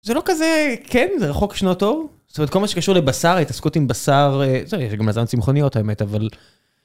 זה לא כזה כן זה רחוק שנות אור זאת אומרת כל מה שקשור לבשר התעסקות עם בשר זה גם מזון לצמחוניות האמת אבל.